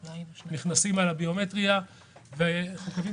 הם נכנסים במסלול הביומטרי ואנחנו מקווים